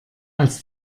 als